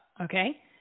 okay